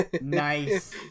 nice